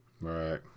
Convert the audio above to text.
right